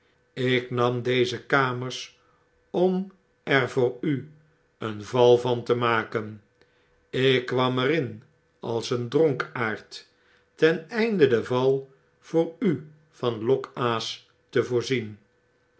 ik nam deze kamers om er voor u een val van te maken ik kwam er in als een dronkaard ten einde de val voor u van lokaas te voorzien